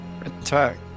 Attack